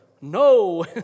no